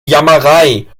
jammerei